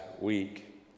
week